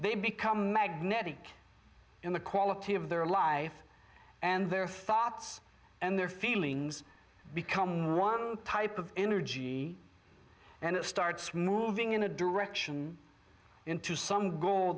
they become magnetic in the quality of their life and their thoughts and their feelings become one type of energy and it starts moving in a direction into some goal